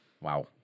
Wow